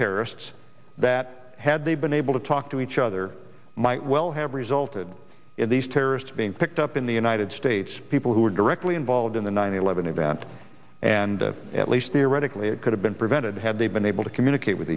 terrorists that had they been able to talk to each other might well have resulted in these terrorists being picked up in the united states people who were directly involved in the nine eleven event and at least theoretically it could have been prevented had they been able to communicate with